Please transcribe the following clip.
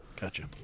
Gotcha